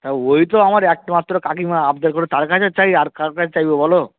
হ্যাঁ ওই তো আমার একটা মাত্র কাকিমা আবদার করে তার কাছে চাই আর কার কাছ চাইবো বলো